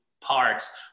parts